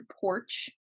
porch